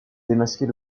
démasquer